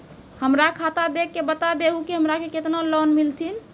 हमरा खाता देख के बता देहु के हमरा के केतना लोन मिलथिन?